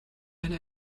eine